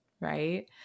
right